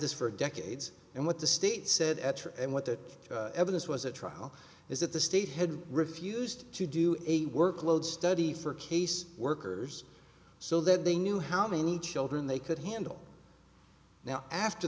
this for decades and what the state said and what that evidence was a trial is that the state had refused to do a workload study for case workers so that they knew how many children they could handle now after